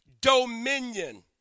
dominion